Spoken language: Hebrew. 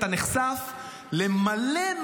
אתה נחשף למלא,